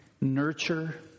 Nurture